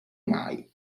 mai